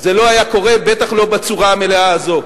זה לא היה קורה, בטח לא בצורה המלאה הזו.